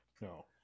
No